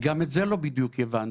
גם את זה לא בדיוק הבנתי,